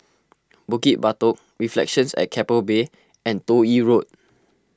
Bukit Batok Reflections at Keppel Bay and Toh Yi Road